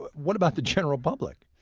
what what about the general public?